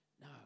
No